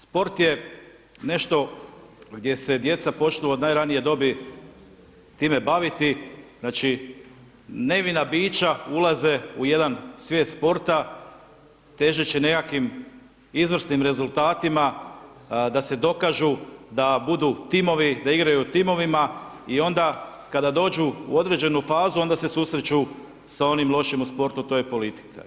Sport je nešto gdje se djeca počnu od najranije dobi time baviti, znači nevina biča ulaze u jedan svijet sporta, težeći nekakvim izvrsnim rezultatima, da se dokažu da budu timovi, da igraju u timovima i onda kada dođu u određenu fazu, onda se susreću sa onim lošem u sportu, a to je politika.